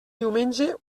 diumenge